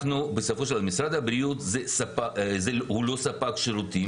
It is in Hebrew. משרד הבריאות הוא לא ספק שירותים.